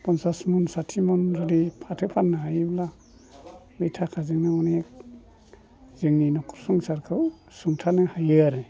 पन्सासमन साथिमन बे फाथो फाननो हायोब्ला बे थाखाजोंनो आनेख जोंनि न'खर संसारखौ सुंथानो हायो आरो